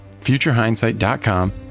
FutureHindsight.com